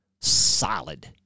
solid